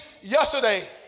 yesterday